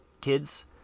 kids